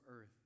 earth